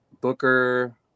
booker